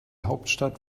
hauptstadt